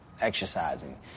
exercising